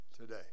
today